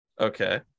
Okay